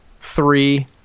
three